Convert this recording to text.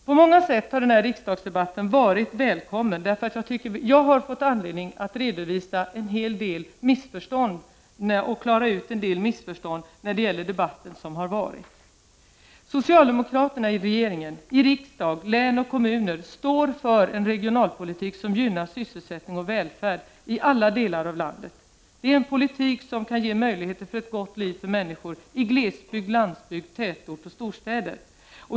På många sätt har den här riksdagsdebatten varit välkommen, för jag har fått anledning att klara ut en del missförstånd i debatter som varit. Socialdemokraterna i regeringen, i riksdagen, i län och kommuner står för en regionalpolitik som ger sysselsättning och välfärd i alla delar av landet. Det är en politik som kan ge möjlighet till ett gott liv för människor i glesbygd, landsbygd, tätorter och storstäder.